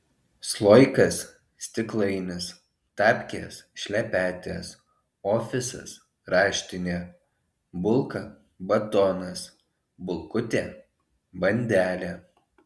sloikas stiklainis tapkės šlepetės ofisas raštinė bulka batonas bulkutė bandelė